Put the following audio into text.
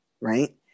right